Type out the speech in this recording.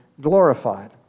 glorified